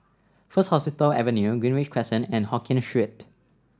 First Hospital Avenue Greenridge Crescent and Hokkien Street